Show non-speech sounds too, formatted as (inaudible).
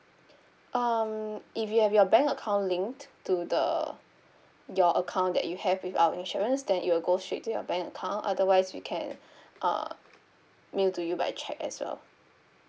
um if you have your bank account linked to the your account that you have with our insurance then it will go straight to your bank account otherwise we can (breath) uh mail to you by cheque as well